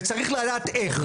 רק צריך לדעת איך.